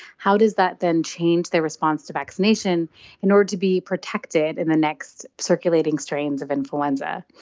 how does that then change their response to vaccination in order to be protected in the next circulating strains of influenza.